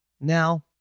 Now